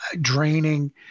draining